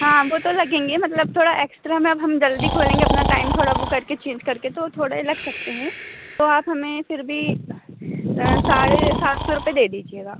हाँ वो तो लेगेंगे मतलब थोड़ा एक्स्ट्रा में अब हम जल्दी खोलेंगे अपना टाइम थोड़ा वो करके चेंज करके तो थोड़े लग सकते हैं तो आप हमें फिर भी साढ़े सात सौ रुपए दे दीजिएगा